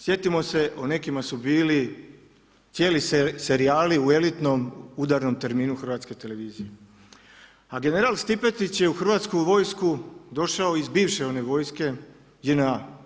Sjetimo se o nekima su bili cijeli serijali u elitnom udarnom terminu Hrvatske televizije, a general Stipetić je u Hrvatsku vojsku došao iz bivše one vojske JNA.